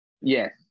Yes